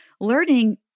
learning